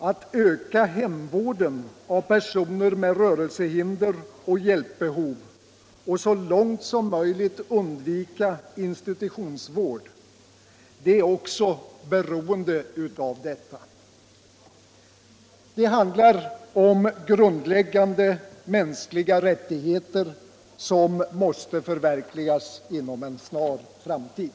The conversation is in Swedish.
att öka hemvården av personer med rörelsehinder och hjälpbehov och så långt som möjligt undvika institutionsvård, är också beroende av detta. Det handlar här om grundläggande mänskliga rättigheter, som måste förverkligas inom en snar framtid.